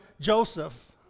Joseph